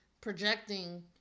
projecting